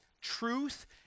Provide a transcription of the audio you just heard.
Truth